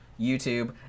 YouTube